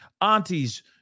aunties